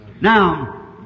Now